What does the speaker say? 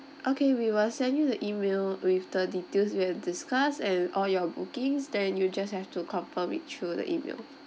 okay we will send you the email with the details we've discussed and all your bookings then you just have to confirm it through the email